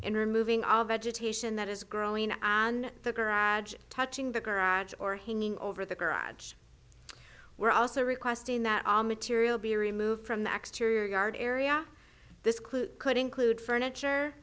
and removing all vegetation that is growing on the garage touching the garage or hanging over the garage were also requesting that all material be removed from the x true yard area this clue could include furniture